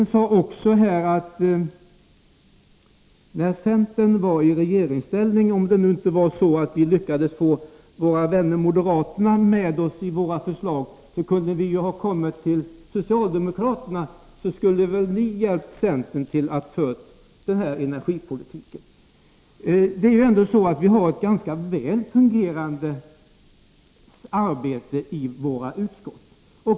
Om vi inte lyckades få våra vänner moderaterna med oss på våra förslag, när centern befann sig i regeringsställning, så kunde vi ha kommit till socialdemokraterna, så skulle de ha hjälpt centern att föra den energipolitiken, sade energiministern. Det är ju ändå så att vi har ett ganska väl fungerande arbete i våra utskott.